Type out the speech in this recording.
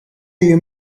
you